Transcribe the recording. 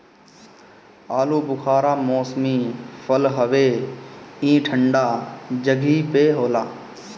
आलूबुखारा मौसमी फल हवे ई ठंडा जगही पे होला